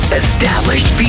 established